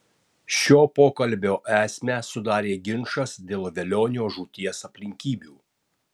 šio pokalbio esmę sudarė ginčas dėl velionio žūties aplinkybių